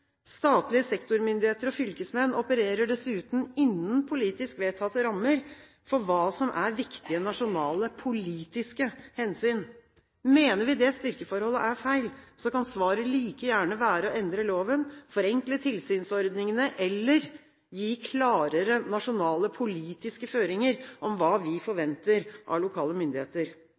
Statlige sektormyndigheter og fylkesmenn opererer dessuten innen politisk vedtatte rammer for hva som er viktige, nasjonale politiske hensyn. Mener vi det styrkeforholdet er feil, kan svaret like gjerne være å endre loven, forenkle tilsynsordningene eller gi klarere nasjonale politiske føringer om hva vi forventer av lokale myndigheter.